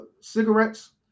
cigarettes